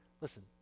listen